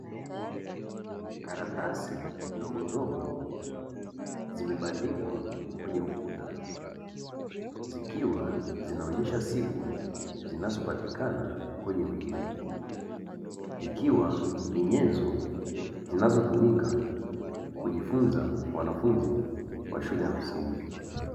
Karatasi ndogondogo zimebandikwa kwenye ukuta, zikiwa zinaonyesha siku zinazopatikana kwenye wiki. Ikiwa ni nyenzo zinazotumika kujifunza wanafunzi wa shule ya msingi.